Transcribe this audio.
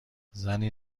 زنی